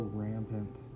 rampant